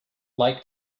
like